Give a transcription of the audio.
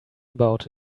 about